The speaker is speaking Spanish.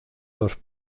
los